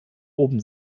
oben